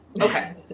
Okay